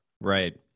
Right